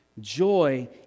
Joy